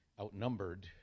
outnumbered